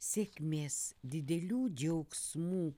sėkmės didelių džiaugsmų